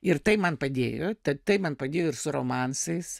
ir tai man padėjo tatai man padėjo ir su romansais